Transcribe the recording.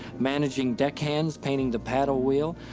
managing deckhands, painting the paddle wheel,